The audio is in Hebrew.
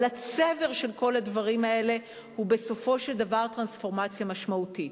אבל הצבר של כל הדברים האלה הוא בסופו של דבר טרנספורמציה משמעותית.